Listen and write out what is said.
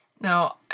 Now